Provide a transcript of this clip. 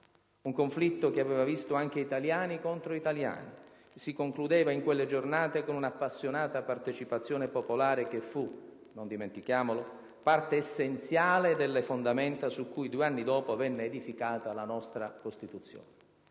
Un conflitto, che aveva visto anche italiani contro italiani, si concludeva in quelle giornate con un'appassionata partecipazione popolare che fu, non dimentichiamolo, parte essenziale delle fondamenta su cui due anni dopo venne edificata la nostra Costituzione.